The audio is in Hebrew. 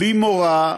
בלי מורא,